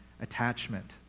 attachment